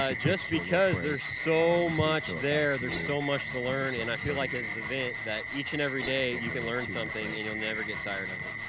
ah just because there's so much there. there's so much to learn. and i feel like it is an event that each and every day you can learn something and you'll never get tired of it.